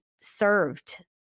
served